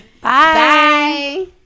Bye